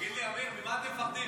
תגיד לי, אמיר, ממה אתם מפחדים?